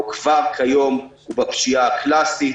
או כבר כיום הוא בפשיעה הקלסית,